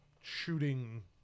Shooting